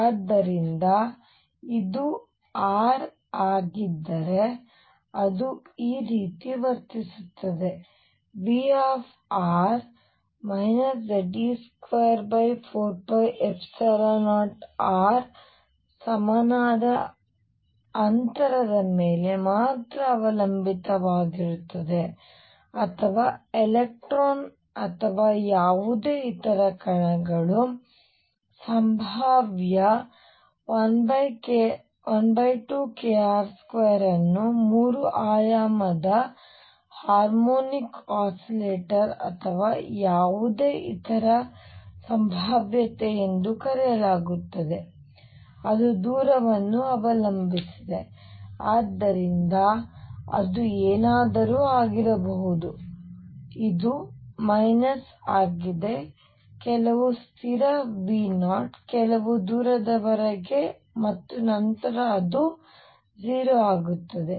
ಆದ್ದರಿಂದ ಇದು r ಆಗಿದ್ದರೆ ಅದು ಈ ರೀತಿ ವರ್ತಿಸುತ್ತದೆ ಇದು V Ze24π0r ಸಮನಾದ ಅಂತರದ ಮೇಲೆ ಮಾತ್ರ ಅವಲಂಬಿತವಾಗಿರುತ್ತದೆ ಅಥವಾ ಎಲೆಕ್ಟ್ರಾನ್ ಅಥವಾ ಯಾವುದೇ ಇತರ ಕಣಗಳು ಸಂಭಾವ್ಯ 12kr2 ಅನ್ನು 3 ಆಯಾಮದ ಹಾರ್ಮೋನಿಕ್ ಆಸಿಲೇಟರ್ ಅಥವಾ ಯಾವುದೇ ಇತರ ಸಂಭಾವ್ಯತೆ ಎಂದು ಕರೆಯಲಾಗುತ್ತದೆ ಅದು ದೂರವನ್ನು ಅವಲಂಬಿಸಿದೆ ಆದ್ದರಿಂದ ಅದು ಏನಾದರೂ ಆಗಿರಬಹುದು ಇದು ಆಗಿದೆ ಕೆಲವು ಸ್ಥಿರ V0 ಕೆಲವು ದೂರದವರೆಗೆ ಮತ್ತು ನಂತರ ಅದು 0 ಆಗುತ್ತದೆ